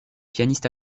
pianiste